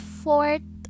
fourth